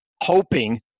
hoping